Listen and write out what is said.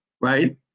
right